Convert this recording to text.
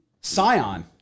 Scion